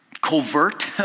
covert